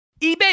eBay